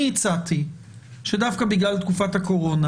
אני הצעתי שדווקא בגלל תקופת הקורונה,